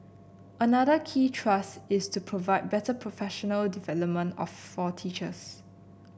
another key thrust is to provide better professional development of for teachers